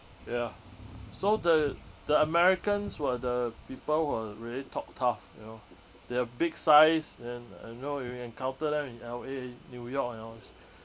ya so the the americans were the people who will really talk tough you know they are big sized and and you know you encounter them in L_A in new york and all these